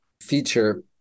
feature